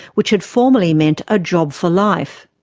which had formerly meant a job for life.